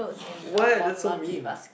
what that's so mean